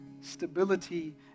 stability